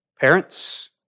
Parents